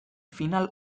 final